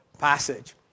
passage